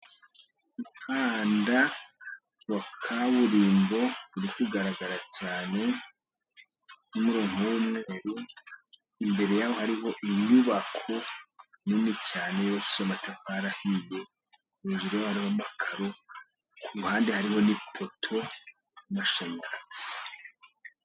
Umuhanda wa kaburimbo uri kugaragara cyane, n'umurongo w'umweru. Imbere yaho hariho inyubako nini cyane y'amatafari ahiye zinjira makaro ku ruhande harimo n'amapoto y'amashanyarazi.